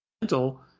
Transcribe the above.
mental